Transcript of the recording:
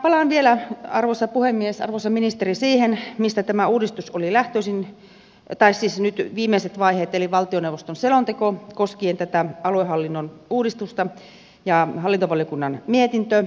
palaan vielä arvoisa puhemies arvoisa ministeri siihen mistä tämän uudistuksen viimeiset vaiheet olivat lähtöisin eli valtioneuvoston selontekoon koskien tätä aluehallinnon uudistusta ja hallintovaliokunnan mietintöön